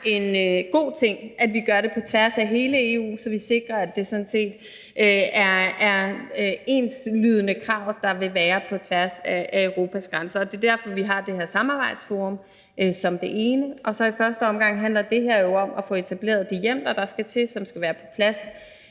jeg, en god ting, at vi gør det på tværs af hele EU, så vi sikrer, at det sådan set er enslydende krav, der vil være på tværs af Europas grænser. Det er derfor, vi har det her samarbejdsforum som det ene. I første omgang handler det her om at få etableret de hjemler, der skal til, og som skal være på plads